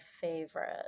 favorite